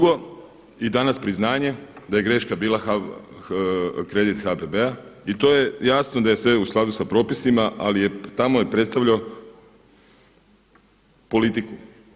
Drugo i danas priznanje da je greška bila kredit HPB-a i to je jasno da je sve u skladu sa propisima ali tamo je predstavljao politiku.